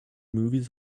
movies